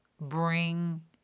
bring